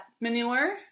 manure